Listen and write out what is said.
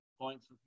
points